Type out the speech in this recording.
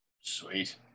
Sweet